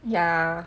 ya